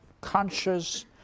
conscious